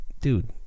Dude